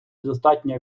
достатньо